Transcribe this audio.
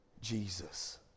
Jesus